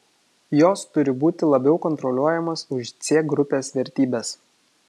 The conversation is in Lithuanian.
jos turi būti labiau kontroliuojamos už c grupės vertybes